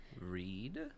read